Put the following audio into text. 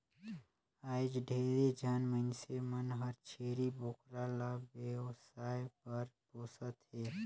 आयज ढेरे झन मइनसे मन हर छेरी बोकरा ल बेवसाय बर पोसत हें